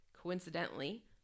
Coincidentally